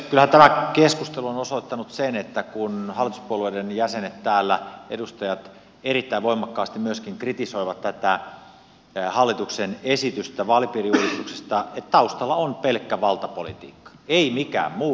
kyllähän tämä keskustelu on osoittanut sen että kun myöskin hallituspuolueiden edustajat täällä erittäin voimakkaasti kritisoivat tätä hallituksen esitystä vaalipiiriuudistuksesta taustalla on pelkkä valtapolitiikka ei mikään muu